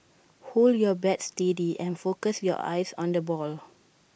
hold your bat steady and focus your eyes on the ball